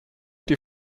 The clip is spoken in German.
die